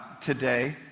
today